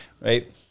right